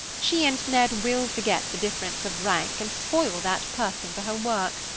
she and ned will forget the difference of rank and spoil that person for her work.